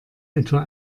etwa